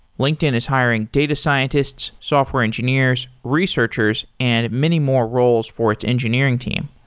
linkedin is hiring data scientists, software engineers, researchers and many more roles for its engineering team.